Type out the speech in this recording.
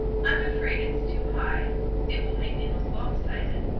i'm afraid it's too high it will make me look lop-sided.